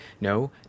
no